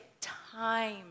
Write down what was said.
time